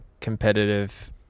competitive